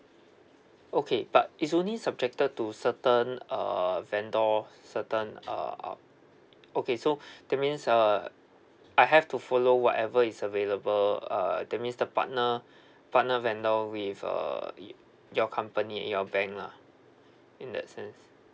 okay but is only subjected to certain uh vendor certain uh uh okay so that means uh I have to follow whatever is available uh that means the partner partner vendor with uh y~ your company in your bank lah in that sense